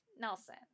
Nelson